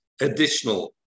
additional